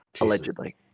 Allegedly